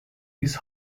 this